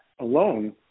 alone